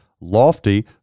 lofty